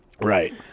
Right